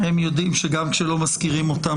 הם יודעים שגם כאשר לא מזכירים אותם,